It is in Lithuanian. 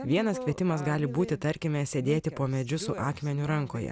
vienas kvietimas gali būti tarkime sėdėti po medžiu su akmeniu rankoje